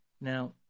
Now